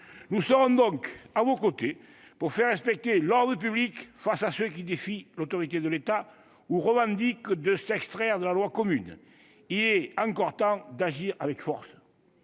Nous serons donc à vos côtés pour faire respecter l'ordre public face à ceux qui défient l'autorité de l'État ou revendiquent de s'extraire de la loi commune. Il est encore temps d'agir avec force